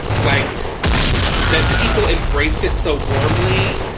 like that people embraced it so warmly,